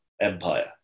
empire